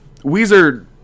Weezer